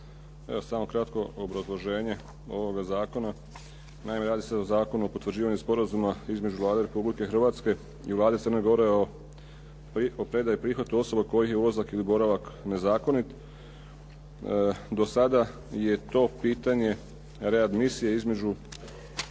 Evo, samo kratko obrazloženje ovoga zakona. Naime, radi se o Zakonu o potvrđivanju Sporazuma između Vlade Republike Hrvatske i Vlade Crne Gore o predaji i prihvatu osoba kojih je ulazak ili boravak nezakonit. Do sada je to pitanje readmisije između